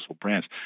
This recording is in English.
brands